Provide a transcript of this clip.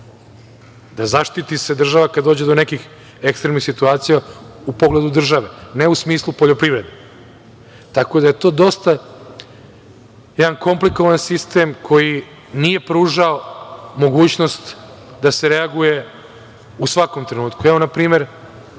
se zaštiti država kad dođe do nekih ekstremnih situacija u pogledu države, ne u smislu poljoprivrede. Tako da je to jedan dosta komplikovan sistem koji nije pružao mogućnost da se reaguje u svakom trenutku. Na primer,